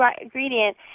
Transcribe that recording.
ingredient